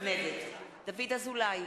נגד דוד אזולאי,